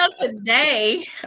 today